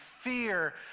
fear